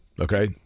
Okay